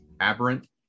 Aberrant